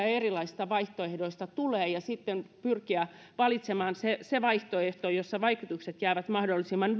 erilaisista vaihtoehdoista tulee ja sitten pyrkiä valitsemaan se se vaihtoehto jossa vaikutukset jäävät mahdollisimman